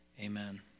Amen